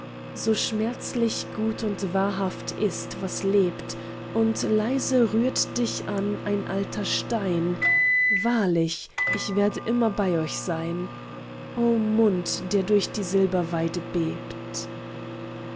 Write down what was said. so schmerzlich gut und wahrhaft ist was lebt und leise rührt dich an ein alter stein wahrlich ich werde immer bei euch sein o mund der durch die silberweide bebt